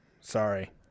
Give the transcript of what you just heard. sorry